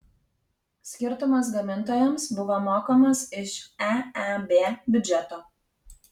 skirtumas gamintojams buvo mokamas iš eeb biudžeto